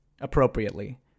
appropriately